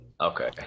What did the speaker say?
Okay